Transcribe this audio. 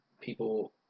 people